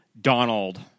Donald